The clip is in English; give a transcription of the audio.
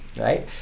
right